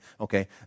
okay